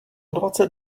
dvacet